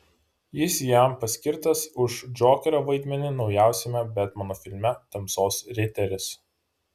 jis jam paskirtas už džokerio vaidmenį naujausiame betmeno filme tamsos riteris